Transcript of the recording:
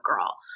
Girl